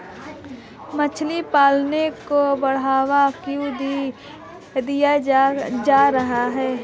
मछली पालन को बढ़ावा क्यों दिया जा रहा है?